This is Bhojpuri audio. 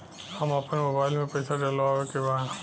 हम आपन मोबाइल में पैसा डलवावे के बा?